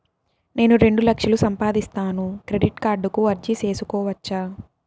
నేను రెండు లక్షలు సంపాదిస్తాను, క్రెడిట్ కార్డుకు అర్జీ సేసుకోవచ్చా?